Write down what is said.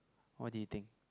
what do you think